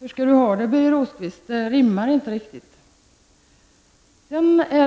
Hur skall Birger Rosqvist ha det? Det där resonemanget rimmar inte riktigt.